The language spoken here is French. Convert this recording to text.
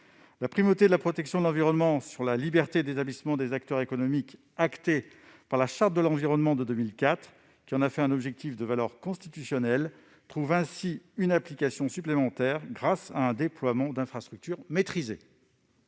La primauté de la protection de l'environnement sur la liberté d'établissement des acteurs économiques, actée par la Charte de l'environnement de 2004, qui en a fait un objectif de valeur constitutionnelle, trouve une application supplémentaire grâce à un déploiement d'infrastructures maîtrisé.